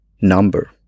number